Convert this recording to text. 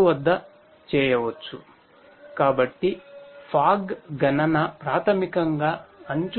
వద్ద చేయవచ్చు